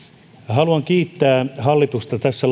haluan kiittää hallitusta tässä